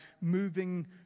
moving